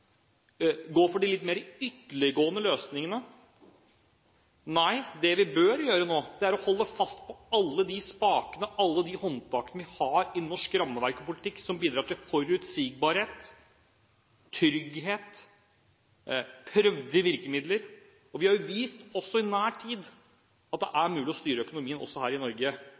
gå for de litt mer ytterliggående løsningene. Nei, det vi bør gjøre nå, er å holde fast i alle de spakene, alle de håndtakene, vi har i norsk rammeverk og politikk som bidrar til forutsigbarhet, trygghet og prøvde virkemidler. Vi har vist også i nær fortid at det er mulig å styre økonomien her i Norge